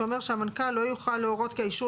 שאומר שהמנכ"ל לא יוכל להורות כי האישור